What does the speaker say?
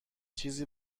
چیزی